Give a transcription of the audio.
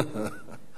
ההצעה